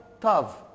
tav